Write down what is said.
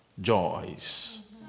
joys